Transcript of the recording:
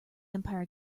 empire